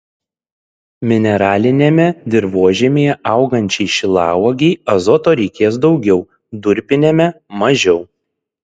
mineraliniame dirvožemyje augančiai šilauogei azoto reikės daugiau durpiniame mažiau